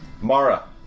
Mara